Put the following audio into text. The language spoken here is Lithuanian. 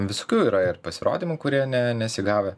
visko yra ir pasirodymų kurie ne nesigavę